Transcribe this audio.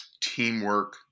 teamwork